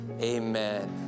Amen